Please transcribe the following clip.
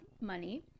money